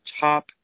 top